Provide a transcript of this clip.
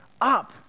up